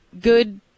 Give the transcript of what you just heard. good